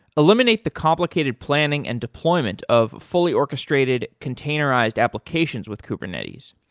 eliminate the complicated planning and deployment of fully orchestrated containerized applications with kubernetes.